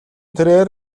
тэрээр